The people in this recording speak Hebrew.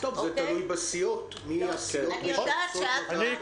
זה תלוי בסיעות, את מי הסיעות ישלחו לוועדה.